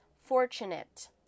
fortunate